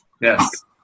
Yes